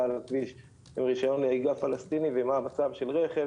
על הכביש עם רישיון נהיגה פלסטיני ומה המצב של הרכב